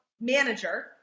manager